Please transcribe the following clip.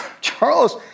Charles